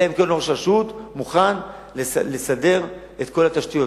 אלא אם ראש רשות מוכן לסדר את כל התשתיות,